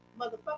motherfucker